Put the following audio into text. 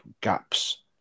gaps